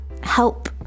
help